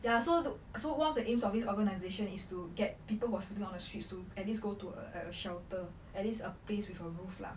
ya so so one of the aims of this organization is to get people who was sleeping on the streets to at least go to a shelter at least a place with a roof lah